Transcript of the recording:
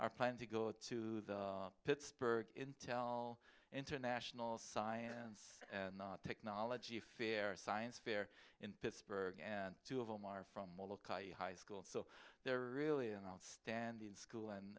are planning to go to pittsburgh intel international science and technology fair science fair in pittsburgh and two of them are from high school so they're really an outstanding school